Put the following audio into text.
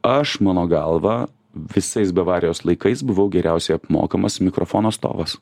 aš mano galva visais bavarijos laikais buvau geriausiai apmokamas mikrofono stovas